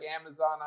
Amazon